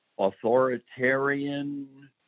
authoritarian